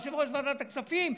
יושב-ראש ועדת הכספים,